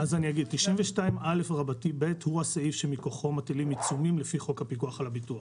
סעיף 92א(ב) הוא הסעיף שמכוחו מטילים עיצומים לפי חוק הפיקוח על הביטוח.